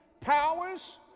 powers